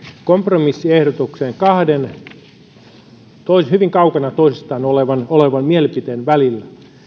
kompromissiehdotuksen kahden hyvin kaukana toisistaan olevan olevan mielipiteen välillä